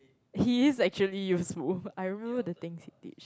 he is actually useful I remember the things he teach